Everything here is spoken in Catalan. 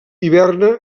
hiberna